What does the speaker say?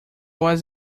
was